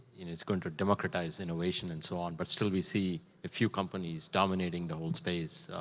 it's gonna democratize innovation, and so on. but still we see a few companies dominating the whole space,